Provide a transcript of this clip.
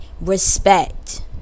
Respect